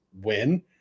win